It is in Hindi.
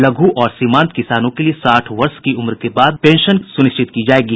लघु और सीमान्त किसानों के लिए साठ वर्ष की उम्र के बाद पेंशन भी सुनिश्चित की जाएगी